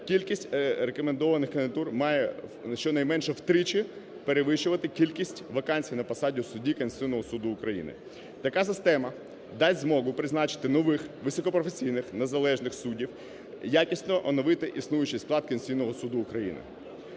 Кількість рекомендованих кандидатур має щонайменше втричі перевищувати кількість вакансій на посаду судді Конституційного Суду України. Така система дасть змогу призначити нових високопрофесійних, незалежних суддів, якісно оновити існуючий склад Конституційного Суду України.